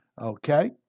okay